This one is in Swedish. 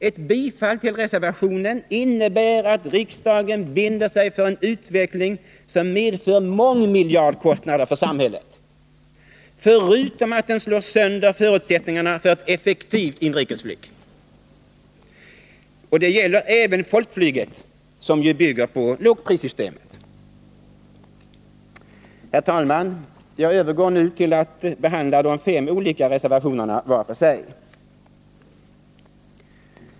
Ett bifall till reservationen innebär att riksdagen binder sig för en utveckling som medför mångmiljardkostnader för samhället, förutom att den slår sönder förutsättningarna för ett effektivt inrikesflyg, och det gäller folkflyget, som ju bygger på lågprissystemet. Herr talman! Jag övergår nu till att behandla de fem olika reservationerna var för sig.